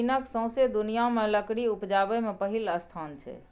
चीनक सौंसे दुनियाँ मे लकड़ी उपजाबै मे पहिल स्थान छै